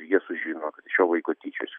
jie sužino kad iš jo vaiko tyčiojasi